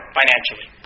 financially